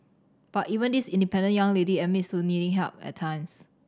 but even this independent young lady admits to needing help at times